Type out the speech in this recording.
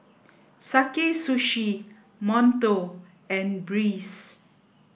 Sakae Sushi Monto and Breeze